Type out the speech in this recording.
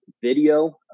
video